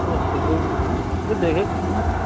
হ্যাঁ সে তো দেখে